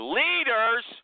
leaders